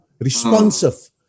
responsive